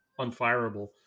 unfireable